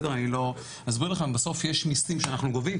בסוף יש מיסים שאנחנו גובים,